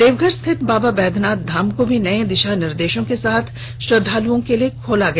देवघर स्थित बाबा वैद्यनाथ धाम को भी नये दिशा निर्देशों के साथ श्रद्वालुओं के लिए खोल दिया गया